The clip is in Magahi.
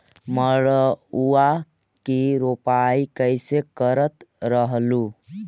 मड़उआ की रोपाई कैसे करत रहलू?